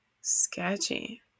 Sketchy